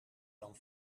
dan